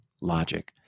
logic